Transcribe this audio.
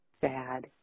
sad